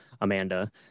Amanda